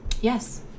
Yes